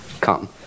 come